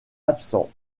absent